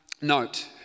note